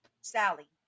Sally